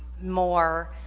more